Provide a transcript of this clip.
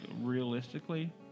realistically